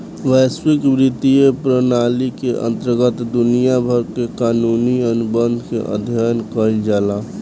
बैसविक बित्तीय प्रनाली के अंतरगत दुनिया भर के कानूनी अनुबंध के अध्ययन कईल जाला